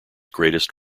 greatest